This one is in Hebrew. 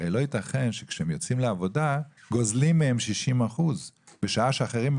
הרי לא יתכן שכשהם יוצאים לעבודה גוזלים מהם 60% בשעה שאחרים,